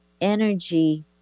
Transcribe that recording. energy